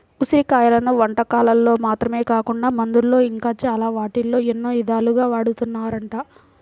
ఉసిరి కాయలను వంటకాల్లో మాత్రమే కాకుండా మందుల్లో ఇంకా చాలా వాటిల్లో ఎన్నో ఇదాలుగా వాడతన్నారంట